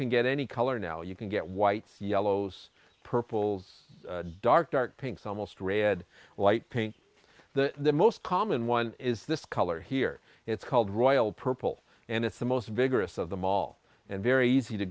can get any color now you can get whites yellows purples dark dark pinks almost red light pink the most common one is this color here it's called royal purple and it's the most vigorous of them all and very easy to